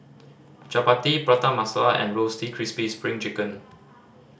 chappati Prata Masala and Roasted Crispy Spring Chicken